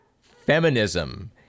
feminism